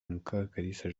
mukakalisa